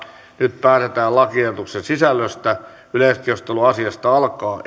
nyt päätetään lakiehdotusten sisällöstä yleiskeskustelu asiasta alkaa